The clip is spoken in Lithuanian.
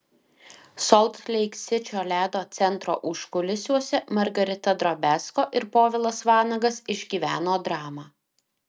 solt leik sičio ledo centro užkulisiuose margarita drobiazko ir povilas vanagas išgyveno dramą